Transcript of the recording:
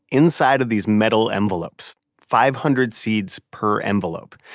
inside of these metal envelopes, five hundred seeds per envelope.